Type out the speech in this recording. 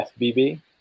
FBB